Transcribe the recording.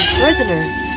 prisoner